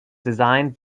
designed